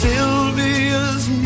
Sylvia's